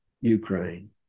Ukraine